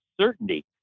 certainty